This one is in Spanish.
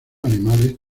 animales